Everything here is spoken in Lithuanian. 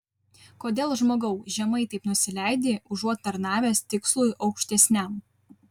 kodėl žmogau žemai taip nusileidi užuot tarnavęs tikslui aukštesniam